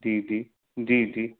ठीक ठीक जी जी